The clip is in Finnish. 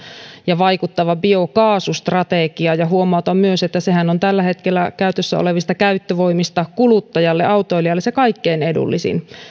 ja vaikuttava biokaasustrategia huomautan myös että sehän on tällä hetkellä käytössä olevista käyttövoimista kuluttajalle autoilijalle se kaikkein edullisin